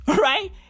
right